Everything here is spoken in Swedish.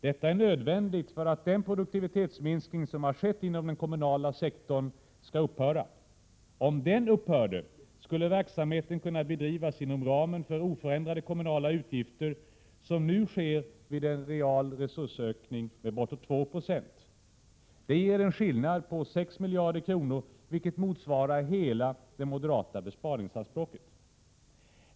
Detta är nödvändigt för att den produktivitetsminskning som har skett inom den kommunala sektorn skall upphöra. Om den upphörde, skulle samma verksamhet kunna bedrivas inom ramen för oförändrade kommunala utgifter som nu sker vid en real resursökning med bortåt 2 26. Det ger en skillnad på 6 miljarder kronor, vilket motsvarar hela det moderata besparingsanspråket.